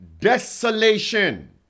desolation